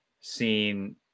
seen